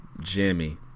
Jimmy